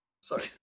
Sorry